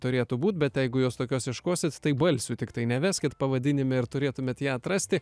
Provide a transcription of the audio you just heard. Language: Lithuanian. turėtų būt bet jeigu jos tokios iškosit tai balsių tiktai neveskit pavadinime ir turėtumėt ją atrasti